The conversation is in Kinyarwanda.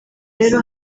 rero